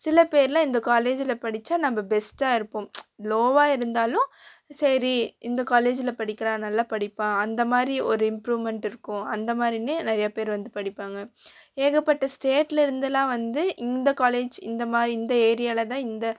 சில பேர்லாம் நம்ம இந்த காலேஜில் படித்தா பெஸ்ட்டாக இருப்போம் லோவாக இருந்தாலும் சரி இந்த காலேஜில் படிக்கிறான் நல்லா படிப்பான் அந்த மாதிரி ஒரு இம்ப்ரூமெண்ட் இருக்கும் அந்த மாதிரினே நிறையா பேரு வந்து படிப்பாங்க ஏகப்பட்ட ஸ்டேட்டில் இருந்தெல்லாம் வந்து இந்த காலேஜ் இந்த மாதிரி இந்த ஏரியாவில் தான் இந்த